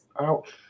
Ouch